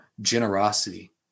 generosity